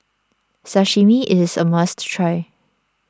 Sashimi is a must try